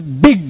big